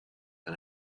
and